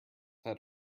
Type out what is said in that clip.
had